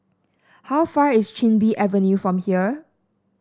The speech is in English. how far is Chin Bee Avenue from here